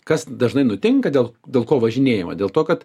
kas dažnai nutinka dėl dėl ko važinėjama dėl to kad